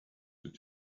did